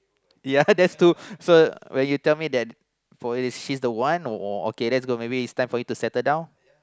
yeah that's two so when you tell me that she's the one maybe it's time for you to settle down